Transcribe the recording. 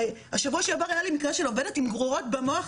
שבוע שעבר היה לי מקרה של עובדת עם גרורות במוח